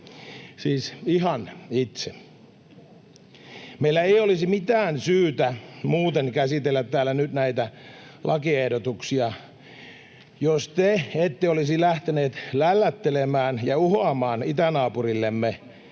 siis ihan itse. Meillä ei olisi mitään syytä muuten käsitellä täällä nyt näitä lakiehdotuksia, jos te ette olisi lähteneet lällättelemään ja uhoamaan itänaapurillemme,